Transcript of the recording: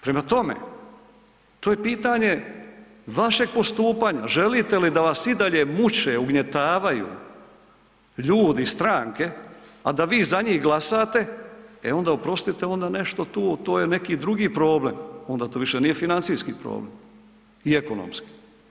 Prema tome, to je pitanje vašeg postupanja, želite li da vas i dalje muče, ugnjetavaju ljudi iz stranke, a da vi za njih glasate, e onda oprostite, onda nešto tu, to je neki drugi problem, onda to više nije financijski problem i ekonomski.